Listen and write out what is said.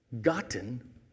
gotten